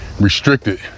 restricted